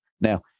Now